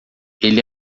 ele